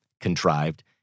contrived